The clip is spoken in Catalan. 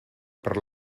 per